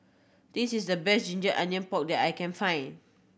this is the best ginger onion pork that I can find